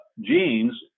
genes